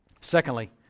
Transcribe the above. Secondly